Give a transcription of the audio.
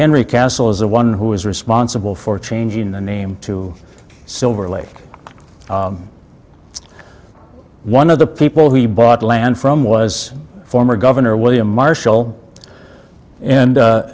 henry castle is the one who was responsible for changing the name to silver lake one of the people he bought land from was former governor william marshall and